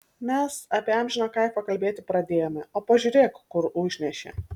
mes apie amžiną kaifą kalbėti pradėjome o pažiūrėk kur užnešė